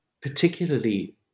particularly